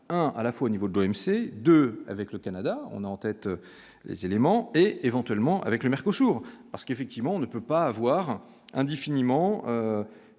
à la fois au niveau de l'OMC 2 avec le Canada, on a en tête les éléments et éventuellement avec le Mercantour parce qu'effectivement on ne peut pas avoir un dit finalement